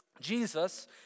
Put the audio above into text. Jesus